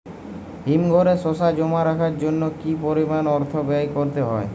হিমঘরে শসা জমা রাখার জন্য কি পরিমাণ অর্থ ব্যয় করতে হয়?